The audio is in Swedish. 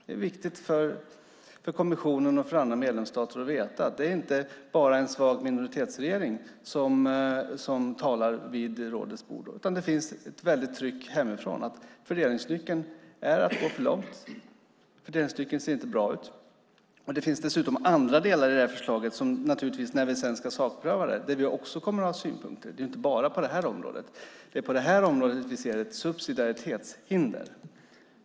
Det är viktigt för kommissionen och för andra medlemsstater att veta att det inte bara är en svag minoritetsregering som talar vid rådets bord utan att det finns ett väldigt tryck hemifrån att fördelningsnyckeln är att gå för långt. Fördelningsnyckeln ser inte bra ut. Det finns dessutom andra delar i förslaget som vi naturligtvis, när vi sedan ska sakpröva det, kommer att ha synpunkter på, men det är på det här området vi ser ett subsidiaritetshinder.